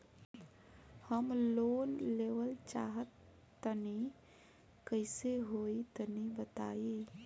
हम लोन लेवल चाह तनि कइसे होई तानि बताईं?